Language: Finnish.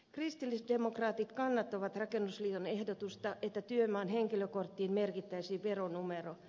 kristillisdemokraatit kannattavat rakennusliiton ehdotusta että työmaan henkilökorttiin merkittäisiin veronumero